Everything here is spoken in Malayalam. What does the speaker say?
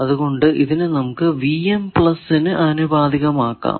അതുകൊണ്ടു ഇതിനെ നമുക്ക് നു ആനുപാതികമാക്കാം